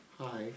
Hi